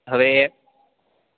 હવે અ